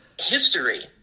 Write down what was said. history –